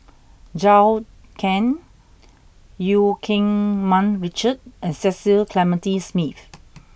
Zhou Can Eu Keng Mun Richard and Cecil Clementi Smith